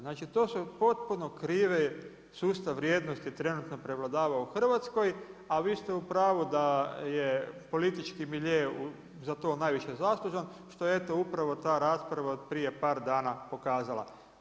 Znači to su potpuno krive sustav vrijednosti trenutno prevladava u Hrvatskoj, a vi ste u pravu da je politički milje za to najviše zaslužan što eto upravo ta rasprava od prije par dana pokazala.